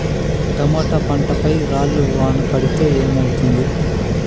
Tomato పంట పై రాళ్లు వాన పడితే ఏమవుతుంది?